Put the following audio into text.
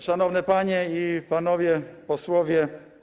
Szanowne Panie i Panowie Posłowie!